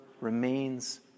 remains